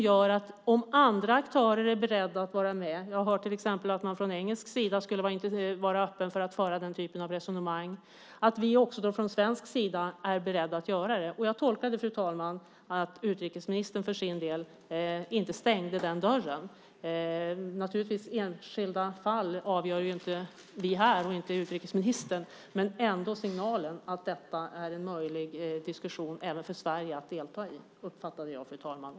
Jag har till exempel hört att man i England skulle vara öppen för att föra den typen av resonemang. Då bör vi i Sverige också vara beredda att göra det. Fru talman! Jag tolkar det så att utrikesministern för sin del inte stängde den dörren. Vi här eller utrikesministern avgör ju inte enskilda fall, men jag uppfattade signalen att det är möjligt även för Sverige att delta i den diskussionen.